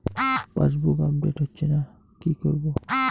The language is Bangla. পাসবুক আপডেট হচ্ছেনা কি করবো?